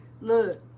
Look